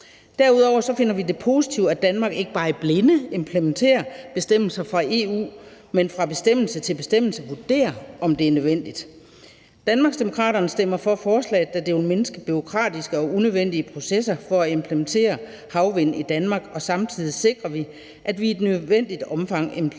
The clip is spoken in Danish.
Derudover finder vi det positivt, at Danmark ikke bare i blinde implementerer bestemmelser fra EU, men fra bestemmelse til bestemmelse vurderer, om det er nødvendigt. Danmarksdemokraterne stemmer for forslaget, da det vil mindske bureaukratiske og unødvendige processer for at implementere havvindmøller i Danmark, og samtidig sikrer vi, at vi i et nødvendigt omfang implementerer